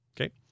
Okay